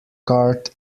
card